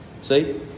See